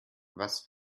was